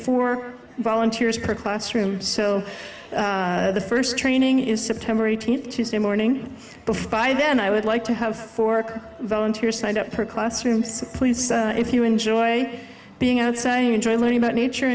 for volunteers per classroom so the first training is september eighteenth tuesday morning but then i would like to have for volunteers lined up per classroom so please if you enjoy being outside you enjoy learning about nature